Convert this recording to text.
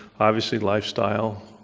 obviously lifestyle,